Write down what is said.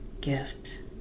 gift